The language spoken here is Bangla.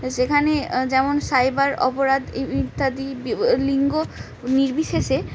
সেখানে যেমন সাইবার অপরাধ ইত্যাদি লিঙ্গ নির্বিশেষে